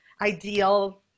ideal